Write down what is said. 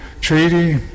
treaty